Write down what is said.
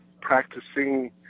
practicing